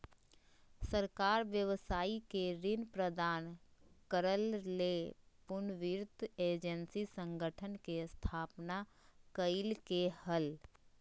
सरकार व्यवसाय के ऋण प्रदान करय ले पुनर्वित्त एजेंसी संगठन के स्थापना कइलके हल